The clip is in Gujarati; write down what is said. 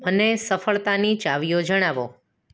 મને સફળતાની ચાવીઓ જણાવો